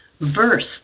Verse